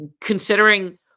Considering